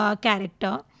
character